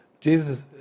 Jesus